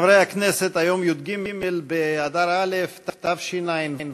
חברי הכנסת, היום י"ג באדר א' תשע"ו,